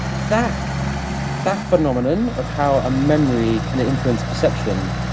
that that phenomenon of how a memory can influence perception